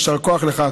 יישר כוח לך.